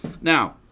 Now